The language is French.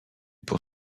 pour